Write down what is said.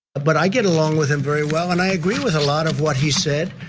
but i get along with him very well, and i agree with a lot of what he said.